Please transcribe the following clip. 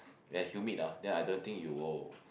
we're humid ah then I don't think you will